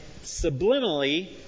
subliminally